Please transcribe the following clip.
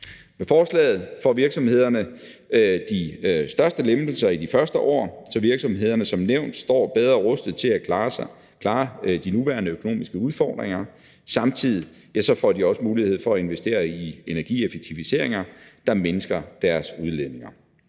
Med forslaget får virksomhederne de største lempelser i de første år, så virksomhederne som nævnt står bedre rustet til at klare de nuværende økonomiske udfordringer. Samtidig får de også mulighed for at investere i energieffektiviseringer, der mindsker deres udledninger.